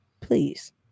please